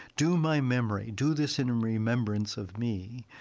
do my memory. do this in um remembrance of me.